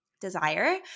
desire